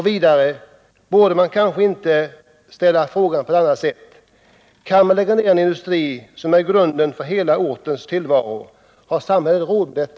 Kanske borde frågan ställas på ett annat sätt: Kan man lägga ned en industri som är grunden för hela ortens tillvaro — har samhället råd med detta?